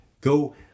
Go